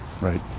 right